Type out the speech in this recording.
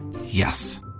Yes